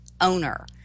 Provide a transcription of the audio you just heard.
owner